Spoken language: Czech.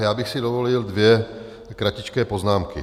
Já bych si dovolil dvě kratičké poznámky.